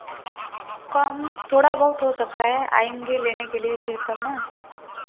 कम थोड़ा बहुत हो सकता है आएँगे लेने के लिए फिर तब ना